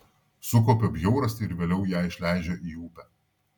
sukaupia bjaurastį ir vėliau ją išleidžia į upę